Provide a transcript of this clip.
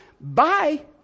Bye